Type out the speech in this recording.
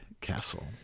Castle